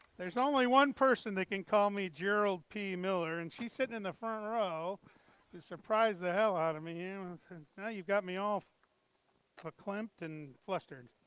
there's only one person that can call me jerald p. miller, and she's sitting in the front row. you surprised the hell out of me. now you know you've got me all verklempt and flustered.